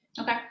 Okay